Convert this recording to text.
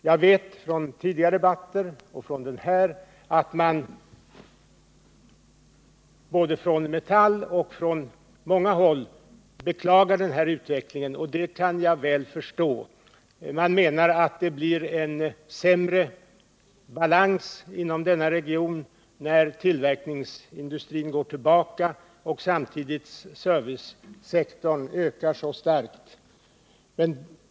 Jag vet från tidigare debatter — och det har framgått även av denna debatt — att man både inom Metall och på andra håll beklagar den här utvecklingen, och det kan jag mycket väl förstå. Man menar att det blir en sämre balans inom denna region när tillverkningsindustrin går tillbaka och samtidigt servicesektorn ökar så starkt.